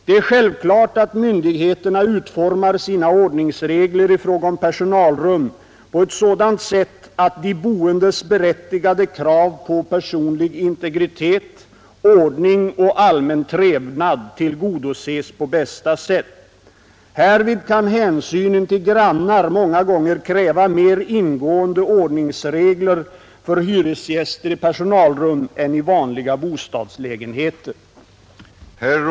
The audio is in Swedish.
Det är självklart att myndigheterna utformar sina ordningsregler i fråga om personalrum på ett sådant sätt att de boendes berättigade krav på personlig integritet, ordning och allmän trevnad tillgodoses på bästa sätt. Härvid kan hänsynen till grannar många gånger kräva mer ingående ordningsregler för hyresgäster i personalrum än i vanliga bostadslägenheter.